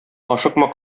ашыкма